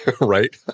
Right